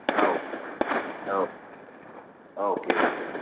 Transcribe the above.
औ औ अके